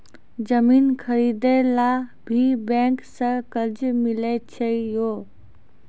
जमीन खरीदे ला भी बैंक से कर्जा मिले छै यो?